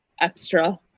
extra